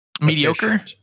mediocre